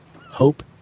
hope